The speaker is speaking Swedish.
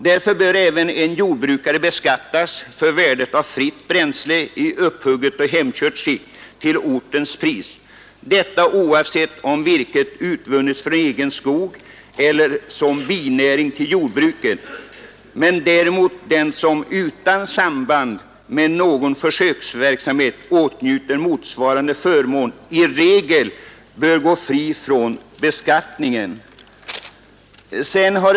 Därför bör även en jordbrukare beskattas för värdet av fritt bränsle, i upphugget och hemkört skick, till ortens pris, detta oavsett om virket utvunnits från egen skog eller som binäring till jordbruket, medan däremot den som utan samband med någon förvärvsverksamhet åtnjuter motsvarande förmån i regel bör gå fri från beskattning.